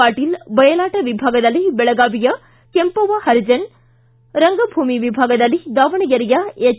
ಪಾಟೀಲ್ ಬಯಲಾಟ ವಿಭಾಗದಲ್ಲಿ ಬೆಳಗಾವಿಯ ಕೆಂಪವ್ವ ಹರಿಜನ ರಂಗಭೂಮಿ ವಿಭಾಗದಲ್ಲಿ ದಾವಣಗೆರೆಯ ಎಚ್